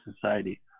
society